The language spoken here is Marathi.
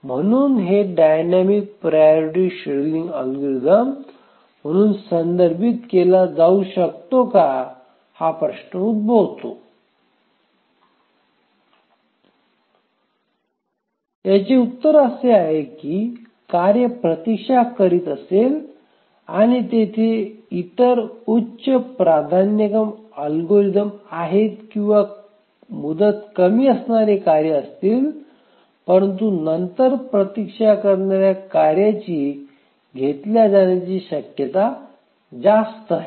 म्हणून हे डायनॅमिक प्रायॉरीटी शेड्यूलिंग अल्गोरिदम म्हणून संदर्भित केला जाऊ शकतो का हा प्रश्न उद्भवतो याचे उत्तर असे आहे की कार्य प्रतीक्षा करीत असेल आणि तेथे इतर उच्च प्राधान्यक्रम अल्गोरिदम आहेत किंवा मुदत कमी असणारे कार्य असतील परंतु नंतर प्रतीक्षा करणाऱ्या कार्याची घेतल्या जाण्याची शक्यता जास्त आहे